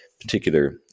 particular